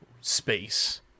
space